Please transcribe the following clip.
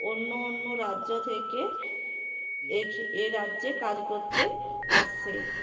অন্য অন্য রাজ্য থেকে এ রাজ্যে কাজ করতে আসে